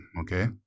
okay